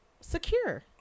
secure